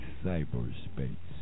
cyberspace